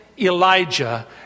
Elijah